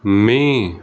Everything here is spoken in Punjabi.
ਮੀਂਹ